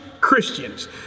Christians